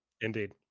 Indeed